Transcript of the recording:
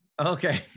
Okay